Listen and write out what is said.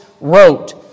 wrote